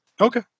Okay